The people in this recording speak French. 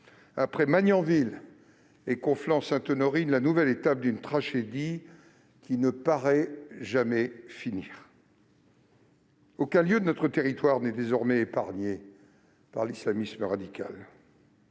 après Magnanville et Conflans-Sainte-Honorine, la nouvelle étape d'une tragédie qui paraît ne jamais finir. Aucun lieu de notre territoire n'est désormais épargné par l'islamisme radical.